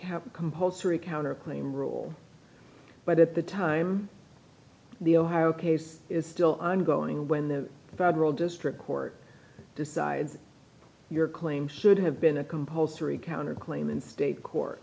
have a compulsory counterclaim rule but at the time the ohio case is still ongoing when the federal district court decides your claim should have been a compulsory counter claim in state court